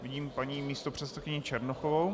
Vidím paní místopředsedkyni Černochovou.